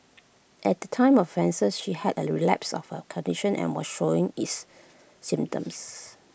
at the time of offense she had A relapse of her condition and was showing its symptoms